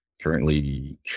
currently